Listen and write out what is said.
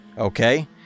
Okay